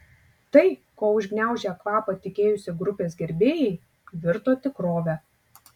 tai ko užgniaužę kvapą tikėjosi grupės gerbėjai virto tikrove